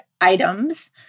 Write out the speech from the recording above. items